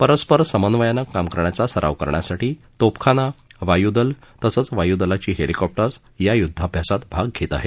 परस्पर समन्वयानं काम करण्याचा सराव करण्यासाठी तोफखाना वायूदल तसंच वायूदलाची हेलीकॉप्टर्स या युद्धाभ्यासात भाग घेत आहेत